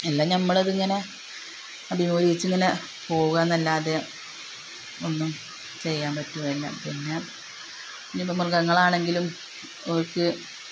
എല്ലാം നമ്മളതിങ്ങനെ അഭിമുഖീകരിച്ച് ഇങ്ങനെ പോവുക എന്നല്ലാതെ ഒന്നും ചെയ്യാന് പറ്റുകയില്ല പിന്നെ ഇനി മൃഗങ്ങളാണെങ്കിലും അവര്ക്ക്